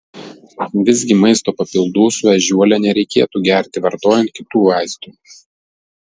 visgi maisto papildų su ežiuole nereikėtų gerti vartojant kitų vaistų